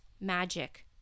magic